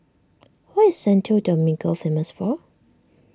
what is Santo Domingo famous for